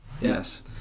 Yes